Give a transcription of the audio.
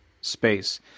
space